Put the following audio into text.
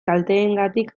kalteengatik